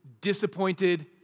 disappointed